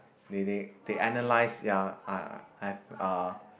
they they they analyse ya I I uh